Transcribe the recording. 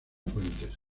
fuentes